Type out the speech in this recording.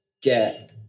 get